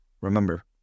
Remember